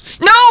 No